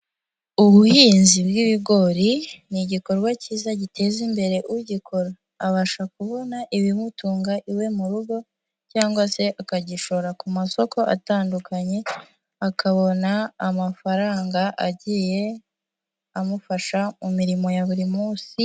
Ubuhinzi bw'ibigori ni igikorwa cyiza giteza imbere ugikora. Abasha kubona ibimutunga iwe mu rugo, cyangwa se akagishora ku masoko atandukanye, akabona amafaranga agiye amufasha mu mirimo ya buri munsi.